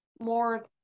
more